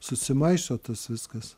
susimaišo tas viskas